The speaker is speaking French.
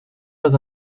pas